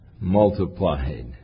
multiplied